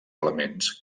elements